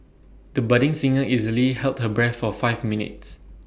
the budding singer easily held her breath for five minutes